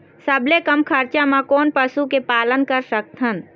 सबले कम खरचा मा कोन पशु के पालन कर सकथन?